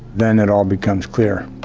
then it all becomes clear.